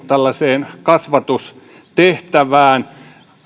tällaiseen koulun kasvatustehtävään